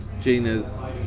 Gina's